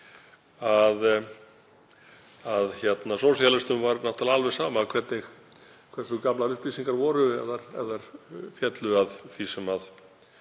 viðhorf; sósíalistum var náttúrlega alveg sama hversu gamlar upplýsingar voru ef þær féllu að því sem